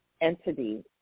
entity